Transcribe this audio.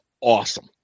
awesome